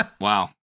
Wow